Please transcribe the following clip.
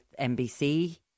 NBC